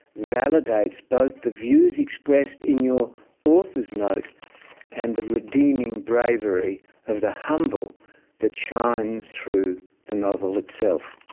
validates both the views expressed in your author's note and the redeeming bravery of the humble that shines through the novel itself.